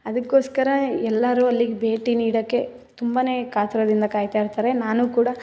ಅದಕ್ಕೋಸ್ಕರ ಎಲ್ಲರೂ ಅಲ್ಲಿಗೆ ಭೇಟಿ ನೀಡೋಕ್ಕೆ ತುಂಬ ಕಾತುರದಿಂದ ಕಾಯ್ತಾ ಇರ್ತಾರೆ ನಾನೂ ಕೂಡ